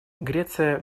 греция